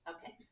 Okay